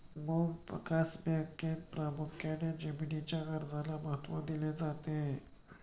भूविकास बँकेत प्रामुख्याने जमीनीच्या कर्जाला महत्त्व दिले जाते